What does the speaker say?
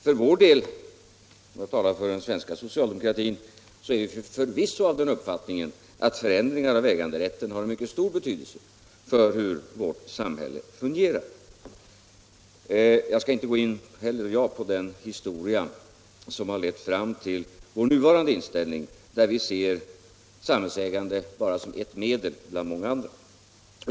För vår del — och jag talar då för den svenska socialdemokratin — är vi förvisso av den uppfattningen att förändringar i äganderätten har mycket stor betydelse för hur vårt samhälle fungerar. Jag skall här inte gå in på den historiska utveckling som lett fram till vår nuvarande inställning, där vi ser samhällsägandet bara som ett medel bland många andra.